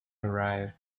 arrive